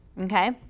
Okay